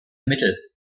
mittel